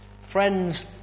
Friends